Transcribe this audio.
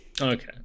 Okay